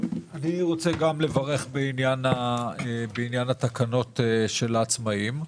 אני רוצה לברך גם בעניין התקנות של העצמאים.